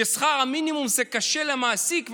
שכר המינימום קשה למעסיק,